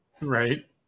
Right